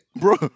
Bro